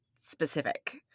specific